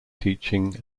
teaching